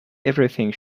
everything